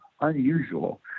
unusual